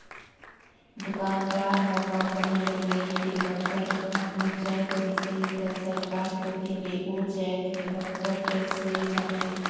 दुकानदार ह कंपनी ले नइ ते बड़का दुकान ले जाएत बिसइस त सरकार कती ले ओ जाएत ले बरोबेर टेक्स ले जाथे